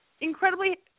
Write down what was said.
incredibly